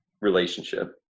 relationship